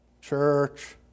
church